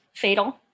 Fatal